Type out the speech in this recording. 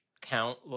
count